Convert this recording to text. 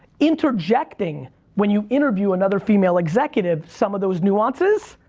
interjecting when you interview another female executive, some of those nuances,